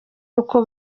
uko